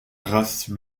race